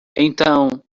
então